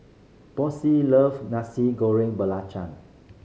Boysie love Nasi Goreng Belacan